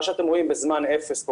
מה שאתם רואים פה בזמן אפס,